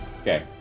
Okay